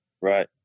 Right